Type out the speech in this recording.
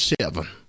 seven